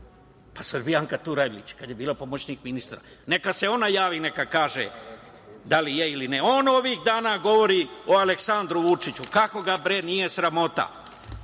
Pa, Srbijanka Turajlić kad je bila pomoćnik ministra. Neka se ona javi i neka kaže da li je ili ne. On ovih dana govori o Aleksandru Vučiću, kako ga, bre, nije sramota?